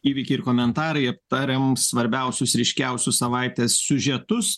įvykiai ir komentarai aptariam svarbiausius ryškiausius savaitės siužetus